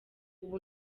ubu